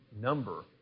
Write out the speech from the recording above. number